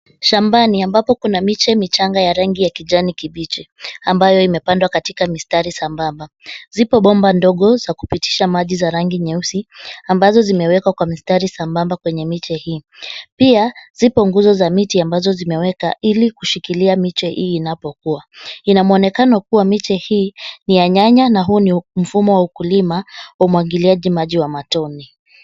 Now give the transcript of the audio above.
Shambani ambapo kuna miche michanga ya rangi ya kijani kibichi ambayo imepandwa katika mistari sambamba. Zipo bomba ndogo za kupitisha maji za rangi nyeusi ambazo zimewekwa kwa mistari sambamba kwenye miche hii. Pia zipo nguzo za miti ambazo zimewekwa ili kushikilia miche hii inapokua. Ina mwonekano kuwa miche hii ni ya nyanya na huu ni mfumo wa ukulima wa umwagiliaji maji wa matone.